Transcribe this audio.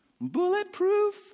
Bulletproof